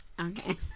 okay